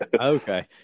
Okay